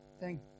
Thank